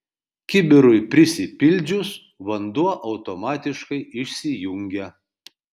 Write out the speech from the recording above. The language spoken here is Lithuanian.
kibirui prisipildžius vanduo automatiškai išsijungia